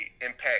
impact